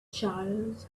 charles